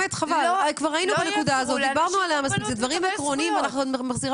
לא יעזרו לאנשים עם מוגבלות לקבל זכויות.